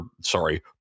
sorry